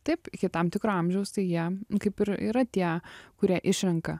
taip iki tam tikro amžiaus tai jie kaip ir yra tie kurie išrenka